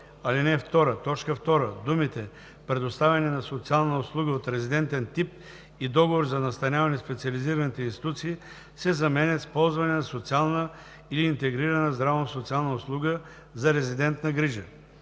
2, т. 2 думите „предоставяне на социална услуга от резидентен тип и договор за настаняване в специализираните институции“ се заменят с „ползване на социална или интегрирана здравно-социална услуга за резидентна грижа“.